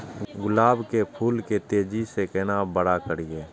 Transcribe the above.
गुलाब के फूल के तेजी से केना बड़ा करिए?